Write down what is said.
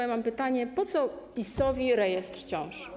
Ja mam pytanie: Po co PiS-owi rejestr ciąż?